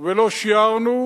ולא שיערנו,